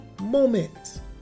moment